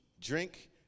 drink